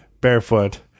barefoot